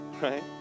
right